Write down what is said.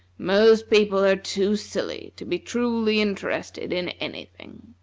most people are too silly to be truly interested in any thing.